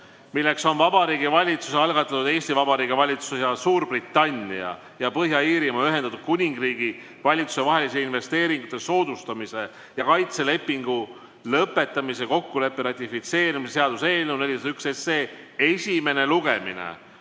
milleks on Vabariigi Valitsuse algatatud Eesti Vabariigi Valitsuse ja Suurbritannia ja Põhja-Iirimaa Ühendatud Kuningriigi Valitsuse vahelise investeeringute soodustamise ja kaitse lepingu lõpetamise kokkuleppe ratifitseerimise seaduse eelnõu 401 esimene lugemine